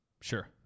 Sure